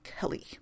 Kelly